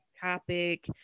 Topic